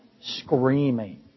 screaming